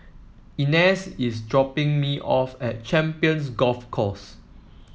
Inez is dropping me off at Champions Golf Course